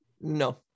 No